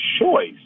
choice